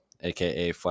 aka